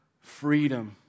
freedom